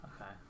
Okay